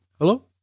hello